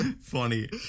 Funny